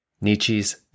Nietzsche's